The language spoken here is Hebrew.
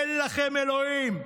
אין לכם אלוהים.